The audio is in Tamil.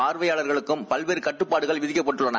பார்வையாளர்களுக்கும் பல்வேறு கட்டுப்பாடுகள் விதிக்கப்பட்டுள்ளன